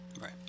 right